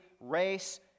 race